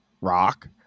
rock